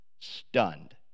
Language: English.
stunned